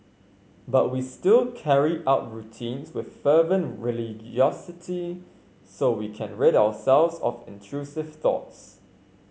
but we still carry out routines with fervent religiosity so we can rid ourselves of intrusive thoughts